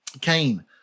Cain